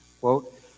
quote